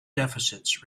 deficits